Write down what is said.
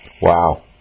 Wow